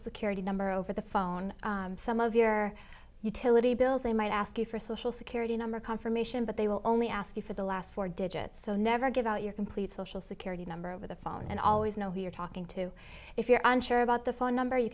security number over the phone some of your utility bills they might ask you for social security number confirmation but they will only ask you for the last four digits so never give out your complete social security number over the phone and always know who you're talking to if you're unsure about the phone number you